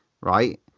right